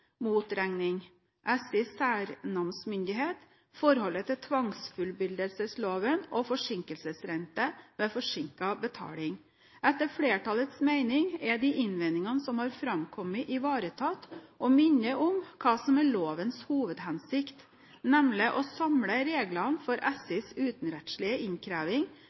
motregning, SIs særnamsmyndighet, forholdet til tvangsfullbyrdelsesloven og forsinkelsesrente ved forsinket betaling. Etter flertallets mening er de innvendingene som har framkommet, ivaretatt, og man minner om hva som er lovens hovedhensikt, nemlig å samle reglene for SIs utenrettslige innkreving